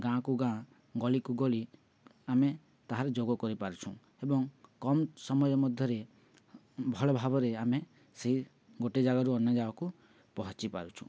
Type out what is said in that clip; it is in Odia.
ଗାଁକୁ ଗାଁ ଗଳିକୁ ଗଳି ଆମେ ତାହାର ଯୋଗ କରିପାରୁଛୁଁ ଏବଂ କମ୍ ସମୟ ମଧ୍ୟରେ ଭଲ ଭାବରେ ଆମେ ସେଇ ଗୋଟେ ଜାଗାରୁ ଅନ୍ୟ ଜାଗାକୁ ପହଞ୍ଚି ପାରୁଛୁ